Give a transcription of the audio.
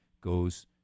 goes